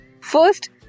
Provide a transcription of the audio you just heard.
First